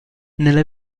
nella